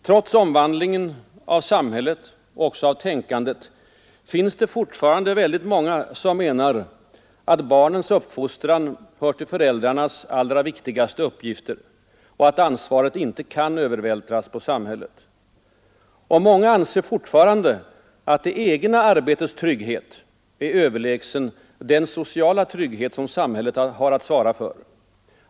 Trots omvandlingen av samhället och av tänkandet finns det fortfarande väldigt många som menar att barnens uppfostran hör till föräldrarnas allra viktigaste uppgifter och att ansvaret inte kan övervältras på samhället. Många anser fortfarande att det egna arbetets trygghet är överlägsen den sociala trygghet som samhället har att svara för.